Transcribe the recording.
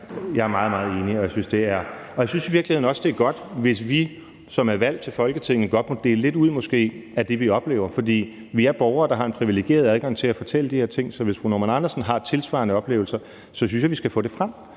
jeg er meget, meget enig, og jeg synes i virkeligheden også, det er godt, hvis vi, som er valgt til Folketinget, måske godt må dele lidt ud af det, vi oplever, fordi vi er borgere, der har en privilegeret adgang til at fortælle de her ting, så hvis fru Kirsten Normann Andersen har tilsvarende oplevelser, synes jeg vi skal få det frem.